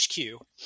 HQ